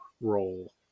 role